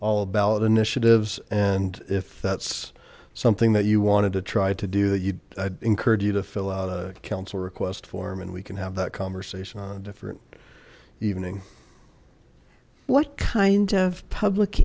all the ballot initiatives and if that's something that you wanted to try to do that you'd encourage you to fill out a council request form and we can have that conversation on a different evening what kind of public